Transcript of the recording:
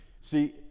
See